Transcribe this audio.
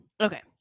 okay